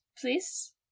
please